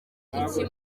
iki